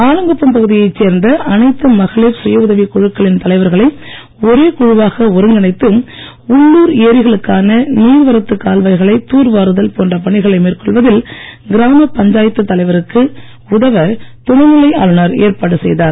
ஆலங்குப்பம் பகுதியைச் சேர்ந்த அனைத்து மகளிர் சுயஉதவிக் குழுக்களின் தலைவர்களை ஒரே குழுவாக ஒருங்கிணைத்து உள்ளூர் ஏரிகளுக்கான நீர் வரத்துக் கால்வாய்களை தூர்வாருதல் போன்ற மேற்கொள்வதில் கிராமப் பணிகளை பஞ்சாயத்துக் தலைவர்களுக்கு உதவ துணைநிலை ஆளுனர் ஏற்பாடு செய்தார்